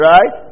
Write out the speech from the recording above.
Right